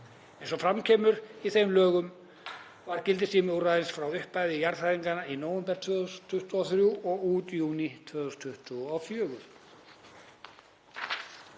Eins og fram kemur í þeim lögum var gildistími úrræðisins frá upphafi jarðhræringanna í nóvember 2023 og út júní 2024.